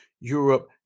Europe